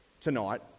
tonight